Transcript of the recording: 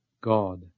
God